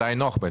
זה היינו הך.